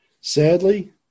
Sadly